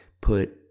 put